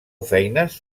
feines